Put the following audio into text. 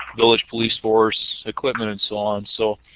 village police force, equipment, and so on. so,